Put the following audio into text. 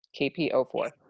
KPO4